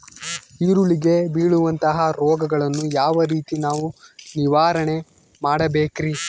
ಈರುಳ್ಳಿಗೆ ಬೇಳುವಂತಹ ರೋಗಗಳನ್ನು ಯಾವ ರೇತಿ ನಾವು ನಿವಾರಣೆ ಮಾಡಬೇಕ್ರಿ?